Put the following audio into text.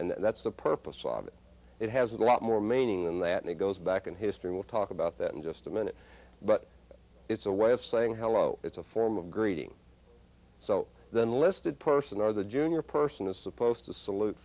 way and that's the purpose of it it has a lot more meaning than that may goes back in history we'll talk about that in just a minute but it's a way of saying hello it's a form of greeting so then listed person or the junior person is supposed to salute